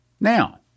Now